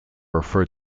referred